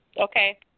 Okay